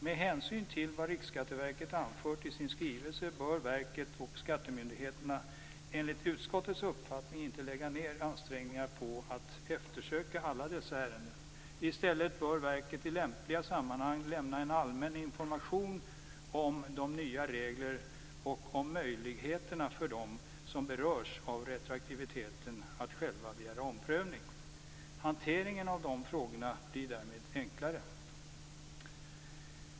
Med hänsyn till vad Riksskatteverket anfört i sin skrivelse bör verket och skattemyndigheterna enligt utskottets uppfattning inte lägga ned ansträngningar på att eftersöka alla dessa ärenden. I stället bör verket i lämpliga sammanhang lämna en allmän information om de nya reglerna och om möjligheterna för dem som berörs av retroaktiviteten att själva begära omprövning. Hanteringen av de frågorna blir därmed enklare.